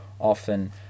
often